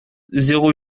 zéro